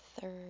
third